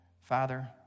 Father